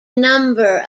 number